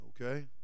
Okay